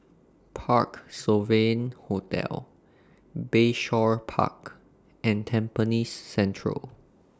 Parc Sovereign Hotel Bayshore Park and Tampines Central